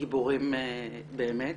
גיבורים באמת.